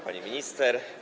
Pani Minister!